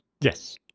Yes